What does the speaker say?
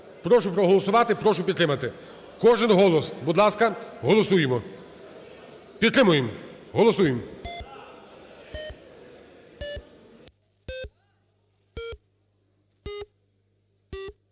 Прошу проголосувати, прошу підтримати. Кожен голос. Будь ласка, голосуємо. Підтримуємо. Голосуємо.